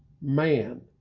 man